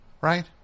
Right